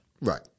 Right